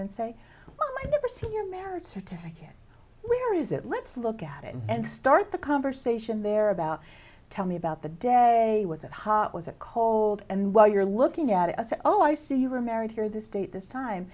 and say i never see your marriage certificate where is that let's look at it and start the conversation there about tell me about the day was it hot was a cold and while you're looking at it i said oh i see you were married here this date this time